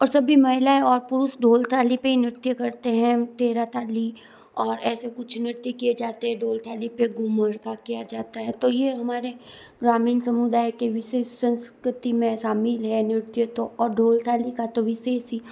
और सभी महिलाएँ और पुरुष ढोल थाली पर ही नृत्य करते हैं तेराह थाली और ऐसे कुछ नृत्य किए जाते हैं ढोल थाली पर घूमर का किया जाता तो ये हमारे ग्रामीण समुदाय के विषेश संस्कृती में शामिल है नृत्य तो और ढोल थाली का तो विशेष ही